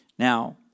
Now